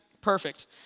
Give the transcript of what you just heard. Perfect